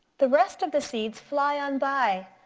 the rest of the seeds fly on by,